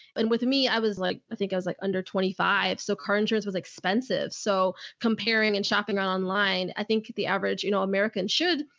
and with me, i was like, i think i was like under twenty five so car insurance was expensive. so comparing and shopping around online, i think the average, you know, american should.